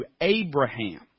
Abraham